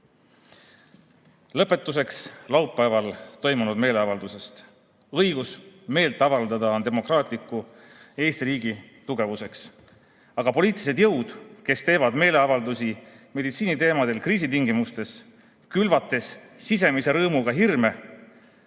ühiskonda. Lõpetuseks laupäeval toimunud meeleavaldusest. Õigus meelt avaldada on demokraatliku Eesti riigi tugevus. Aga poliitilised jõud, kes teevad meeleavaldusi meditsiiniteemadel kriisi tingimustes, külvates sisemise rõõmuga hirme,